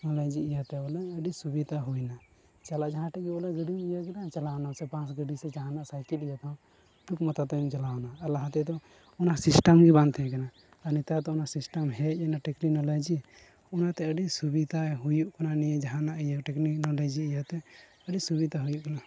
ᱞᱚᱡᱤ ᱤᱭᱟᱹᱛᱮ ᱵᱚᱞᱮ ᱟᱹᱰᱤ ᱥᱩᱵᱤᱫᱟ ᱦᱩᱭᱱᱟ ᱪᱟᱞᱟᱜ ᱡᱟᱦᱟᱸ ᱴᱷᱮᱱ ᱜᱮ ᱵᱚᱞᱮ ᱜᱟᱹᱰᱤᱢ ᱤᱭᱟᱹ ᱠᱮᱫᱟ ᱟᱨ ᱪᱟᱞᱟᱣᱱᱟᱢ ᱵᱟᱥ ᱜᱟᱹᱰᱤ ᱥᱮ ᱡᱟᱦᱟᱱᱟᱜ ᱥᱟᱭᱠᱮᱹᱞ ᱤᱭᱟᱹ ᱛᱮ ᱦᱚᱸ ᱴᱩᱠ ᱢᱟᱛᱚ ᱛᱮᱢ ᱪᱟᱞᱟᱣᱱᱟ ᱟᱨ ᱞᱟᱦᱟ ᱛᱮᱫᱚ ᱚᱱᱟ ᱥᱤᱥᱮᱴᱮᱢ ᱫᱚ ᱵᱟᱝ ᱛᱟᱦᱮᱸ ᱠᱟᱱᱟ ᱟᱨ ᱱᱮᱛᱟᱨ ᱫᱚ ᱚᱱᱟ ᱥᱤᱥᱴᱮᱢ ᱦᱮᱡᱱᱟ ᱴᱮᱹᱠᱱᱳᱞᱳᱡᱤ ᱚᱱᱟᱛᱮ ᱟᱹᱰᱤ ᱥᱩᱵᱤᱫᱟᱭ ᱦᱩᱭᱩᱜ ᱠᱟᱱᱟ ᱱᱤᱭᱟᱹ ᱡᱟᱦᱟᱱᱟᱜ ᱤᱭᱟᱹ ᱴᱮᱹᱠᱱᱳᱞᱳᱡᱤ ᱤᱭᱟᱹᱛᱮ ᱟᱹᱰᱤ ᱥᱩᱵᱤᱫᱟ ᱦᱩᱭᱩᱜ ᱠᱟᱱᱟ